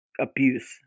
abuse